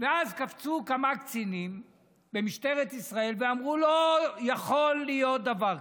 ואז קפצו כמה קצינים במשטרת ישראל ואמרו: לא יכול להיות דבר כזה.